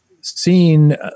seen